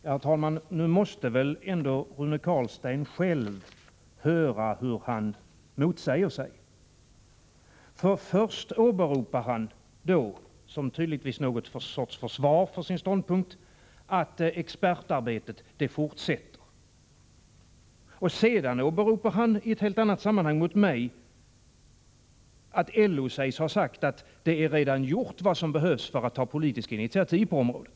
Herr talman! Nu måste väl ändå Rune Carlstein själv höra hur han motsäger sig. Först åberopar han, tydligen som någon sorts försvar för sin ståndpunkt, att expertarbetet fortsätter. Sedan åberopar han, i ett helt annat sammanhang mot mig, att LO lär ha sagt att det är redan gjort vad som behövs för att ta politiska initiativ på området.